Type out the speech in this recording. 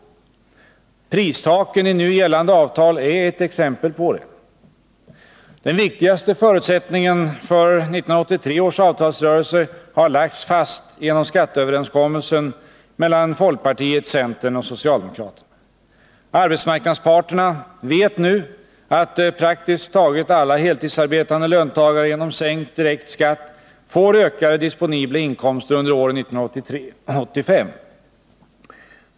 Pristaken i nu gällande avtal är ett exempel på det. Den viktigaste förutsättningen för 1983 års avtalsrörelse har lagts fast genom skatteöverenskommelsen mellan folkpartiet, centern och socialdemokraterna. Arbetsmarknadsparterna vet nu att praktiskt taget alla heltidsarbetande löntagare genom sänkt direkt skatt får ökade disponibla inkomster under åren 1983-1985.